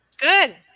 Good